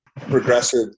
progressive